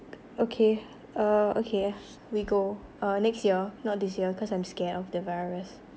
okay uh okay we go uh next year not this year cause I'm scared of the virus